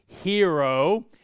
hero